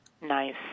nice